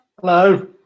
Hello